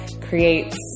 creates